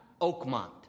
Oakmont